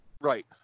Right